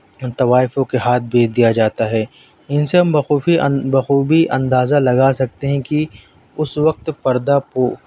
طوائفوں کے ہاتھ بیچ دیا جاتا ہے ان سے ہم بخوبی ان بخوبی اندازہ لگا سکتے ہیں کہ اس وقت پردہ کو